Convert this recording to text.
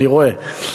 אני רואה.